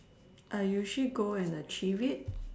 I usually go and achieve it